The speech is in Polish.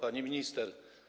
Pani Minister!